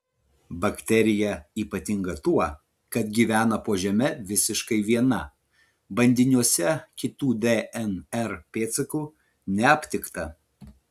bakterija ypatinga tuo kad gyvena po žeme visiškai viena bandiniuose kitų dnr pėdsakų neaptikta